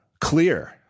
Clear